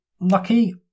lucky